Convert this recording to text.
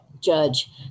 judge